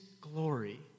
glory